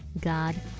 God